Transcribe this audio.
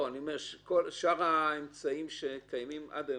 האם שאר האמצעים שקיימים עד היום